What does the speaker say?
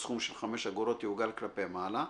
סכום של 5 אגורות יעוגל כלפי מעלה,